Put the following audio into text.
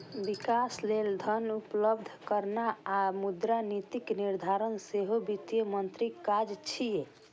विकास लेल धन उपलब्ध कराना आ मुद्रा नीतिक निर्धारण सेहो वित्त मंत्रीक काज छियै